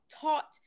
taught